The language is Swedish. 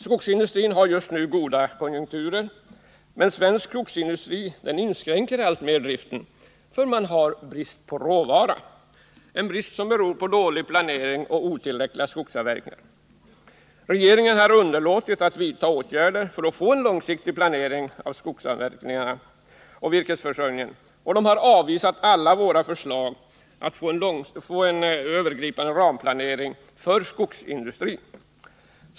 Skogsindustrin har just nu goda konjunkturer, men svensk skogsindustri inskränker driften alltmer på grund av brist på råvara — en brist som beror på dålig planering och otillräckliga skogsavverkningar. Regeringen har underlåtit att vidta åtgärder för att få en långsiktig planering av skogsavverkningarna och virkesför: ningen och har avvisat alla våra förslag om en övergripande ramplanering för skogsindustrin.